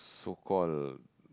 so call